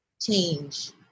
change